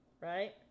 Right